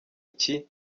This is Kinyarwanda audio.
iki